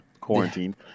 quarantine